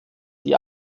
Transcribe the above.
die